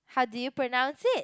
how do you pronounce it